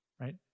Right